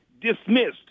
dismissed